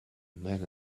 men